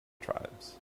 tribes